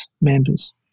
members